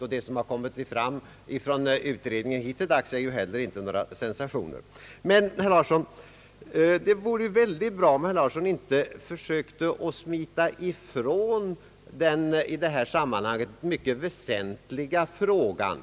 Och vad som hittilldags kommit är ju inte heller några sensationer. Men det vore väldigt bra om herr Larsson inte försökte smita ifrån den i detta sammanhang mycket väsentliga frågan.